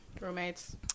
roommates